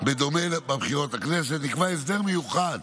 בדומה לבחירות לכנסת, נקבע הסדר מיוחד